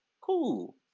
cool